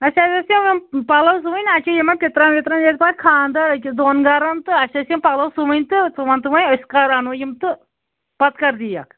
اَسہِ حظ ٲسۍ یِم پَلو سُوٕنۍ اَسہِ چھِ یِمن پِترن وِترن یِتھٕ پٲٹھۍ خانٛدَر أکِس دۄن گَرَن تہٕ اَسہِ ٲسۍ یِم پَلو سُوٕنۍ تہٕ ژٕ وَن تہٕ وۅنۍ أسۍ کَرو اَنو یِم تہٕ پَتہٕ کَر دیکھ